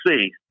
see